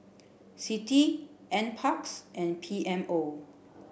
CITI NPARKS and P M O